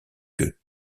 que